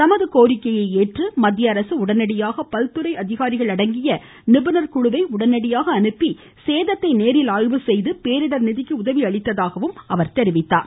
தமது கோரிக்கையை ஏற்று மத்திய அரசு உடனடியாக பல்துறை அதிகாரிகள் அடங்கிய குழுவை உடனடியாக அனுப்பி சேதத்தை நேரில் ஆய்வு செய்து பேரிடர் நிதிக்கு உதவி அளித்ததாக அவர் குறிப்பிட்டார்